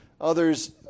Others